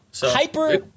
Hyper